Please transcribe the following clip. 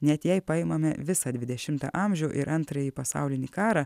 net jei paimame visą dvidešimtą amžių ir antrąjį pasaulinį karą